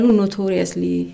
notoriously